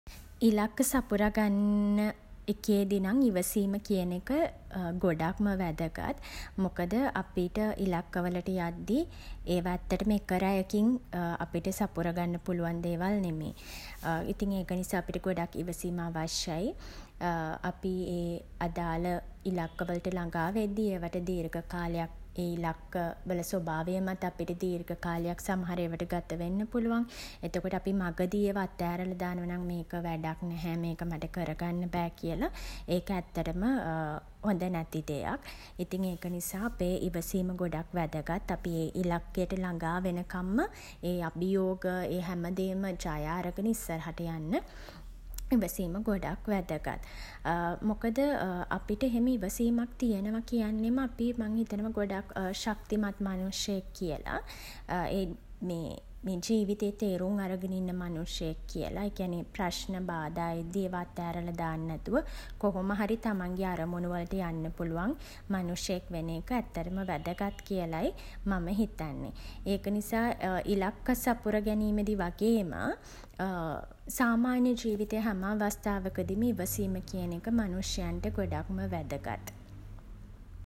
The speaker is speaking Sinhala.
ඉලක්ක සපුර ගන්න එකේදි නම් ඉවසීම කියන එක ගොඩක්ම වැදගත්. මොකද අපිට ඉලක්ක වලට යද්දී ඒවා ඇත්තටම එක රැයකින් අපිට සපුර ගන්න පුළුවන් දේවල් නෙමෙයි. ඉතින් ඒක නිසා අපිට ගොඩක් ඉවසීම අවශ්‍යයි අපි ඒ අදාළ ඉලක්ක වලට ළඟා වෙද්දි ඒවට දීර්ඝ කාලයක් ඒ ඉලක්ක වල ස්වභාවය මත අපිට දීර්ඝ කාලයක් සමහර ඒවට ගත වෙන්න පුළුවන්. එතකොට අපි මඟදි ඒව අත ඇරල දානවා නම් මේක වැඩක් නැහැ මේක මට කර ගන්න බෑ කියලා ඒක ඇත්තටම හොඳ නැති දෙයක්. ඉතින් ඒක නිසා ඉවසීම ගොඩක් වැදගත් අපි ඒ ඉලක්කයට ළඟා වෙනකම්ම ඒ අභියෝග ඒ හැමදේම ජය අරගෙන ඉස්සරහට යන්න ඉවසීම ගොඩක් වැදගත්. මොකද අපිට එහෙම ඉවසීමක් තියෙනව කියන්නෙම අපි මං හිතනවා ගොඩක් ශක්තිමත් මනුෂ්‍යයෙක් කියලා. ඒ මේ ජීවිතේ තේරුම් අරගෙන ඉන්න මනුෂ්‍යයෙක් කියලා. ඒ කියන්නේ ප්‍රශ්න බාධා එද්දි ඒව අත ඇරලා දාන්නේ නැතුව කොහොම හරි තමන්ගෙ අරමුණු වලට යන්න පුළුවන් මනුෂ්‍යයෙක් වෙන එක ඇත්තටම වැදගත් කියලයි මම හිතන්නේ. ඒක නිසා..ඉලක්ක සපුර ගැනීමෙදි වගේම සාමාන්‍ය ජීවිතේ හැම අවස්ථාවකදිම ඉවසීම කියන එක මනුෂ්‍යයන්ට ගොඩක්ම වැදගත්.